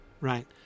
right